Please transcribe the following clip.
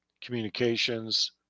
communications